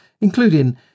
including